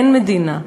אין מדינה.